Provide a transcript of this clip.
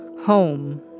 Home